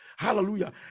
Hallelujah